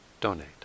donate